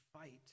fight